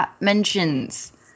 mentions